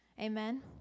Amen